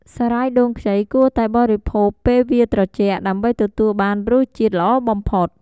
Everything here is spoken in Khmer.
សារាយដូងខ្ចីគួរតែបរិភោគពេលវាត្រជាក់ដើម្បីទទួលបានរសជាតិល្អបំផុត។